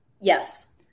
Yes